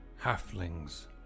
Halflings